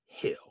hell